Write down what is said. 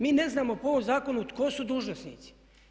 Mi ne znamo po ovom zakonu tko su dužnosnici?